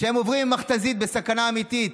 כשהם עוברים עם מכת"זית זה סכנה אמיתית.